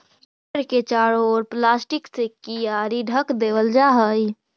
पेड़ के चारों ओर प्लास्टिक से कियारी ढँक देवल जा हई